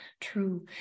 True